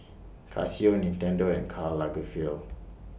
Casio Nintendo and Karl Lagerfeld